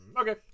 Okay